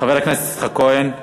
חבר הכנסת יצחק כהן,